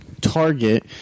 target